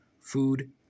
food